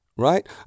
Right